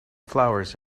flowers